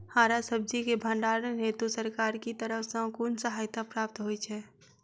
हरा सब्जी केँ भण्डारण हेतु सरकार की तरफ सँ कुन सहायता प्राप्त होइ छै?